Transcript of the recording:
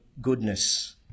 goodness